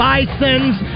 Bisons